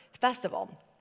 festival